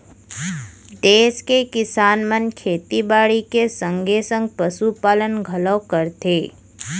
देस के किसान मन खेती बाड़ी के संगे संग पसु पालन घलौ करथे